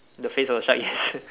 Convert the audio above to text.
the face of the shark yes